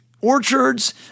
orchards